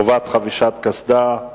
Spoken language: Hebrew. (חובת חבישת קסדה,